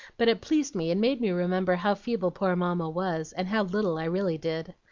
but it pleased me and made me remember how feeble poor mamma was, and how little i really did.